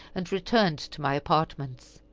and returned to my apartments.